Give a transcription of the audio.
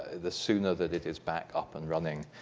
the sooner that it is back up and running,